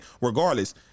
Regardless